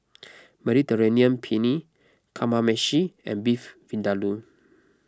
Mediterranean Penne Kamameshi and Beef Vindaloo